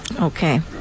Okay